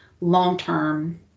long-term